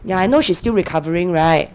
yeah I know she's still recovering [right]